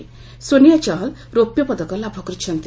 ସୋନିଆ ଚହଲ୍ ରୌପ୍ୟ ପଦକ ଲାଭ କରିଛନ୍ତି